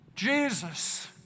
Jesus